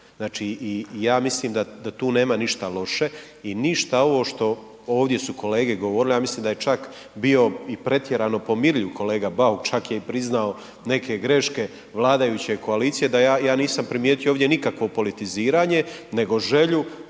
Ja mislim da tu nema ništa loše i ništa ovo što ovdje su kolege govorile, ja mislim da je čak bio i pretjerano pomirljiv kolega Bauk, čak je i priznao neke greške vladajuće koalicije, da ja nisam primijetio ovdje nikakvo politiziranje nego želju